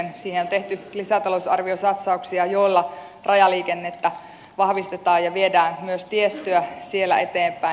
siihen on tehty lisätalousarviosatsauksia joilla rajaliikennettä vahvistetaan ja viedään myös tiestöä siellä eteenpäin